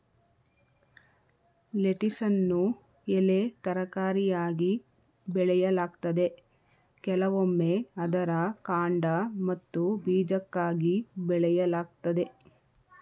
ಲೆಟಿಸನ್ನು ಎಲೆ ತರಕಾರಿಯಾಗಿ ಬೆಳೆಯಲಾಗ್ತದೆ ಕೆಲವೊಮ್ಮೆ ಅದರ ಕಾಂಡ ಮತ್ತು ಬೀಜಕ್ಕಾಗಿ ಬೆಳೆಯಲಾಗ್ತದೆ